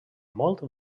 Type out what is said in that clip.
molt